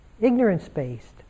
Ignorance-based